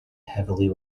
heavily